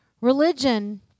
religion